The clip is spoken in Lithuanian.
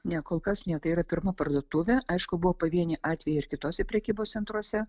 ne kol kas ne tai yra pirma parduotuvė aišku buvo pavieniai atvejai ir kituose prekybos centruose